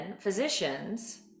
physicians